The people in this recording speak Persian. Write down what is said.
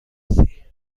هستی